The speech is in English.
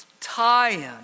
tie-in